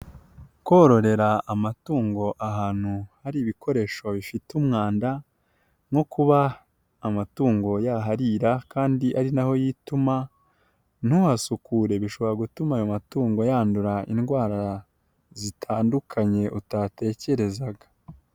Kororera amatungo ahantu hari ibikoresho bifite umwanda, nko kuba amatungo yaharira kandi ari naho yituma ntuhasukure, bishobora gutuma ayo matungo yandura indwara zitandukanye utatekerezaga.